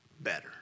better